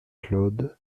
claude